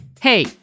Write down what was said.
Hey